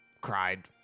cried